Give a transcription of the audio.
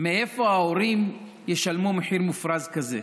מאיפה ההורים ישלמו מחיר מופרז כזה?